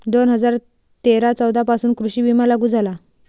दोन हजार तेरा चौदा पासून कृषी विमा लागू झाला